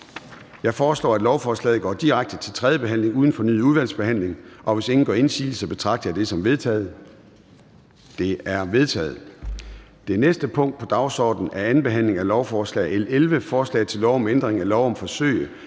Jeg foreslår, at lovforslaget går direkte til tredje behandling uden fornyet udvalgsbehandling. Hvis ingen gør indsigelse, betragter jeg dette som vedtaget. Det er vedtaget. --- Det næste punkt på dagsordenen er: 8) 2. behandling af lovforslag nr. L 8: Forslag til lov om ændring af lov om gasforsyning,